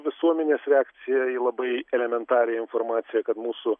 visuomenės reakcija į labai elementarią informaciją kad mūsų